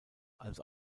als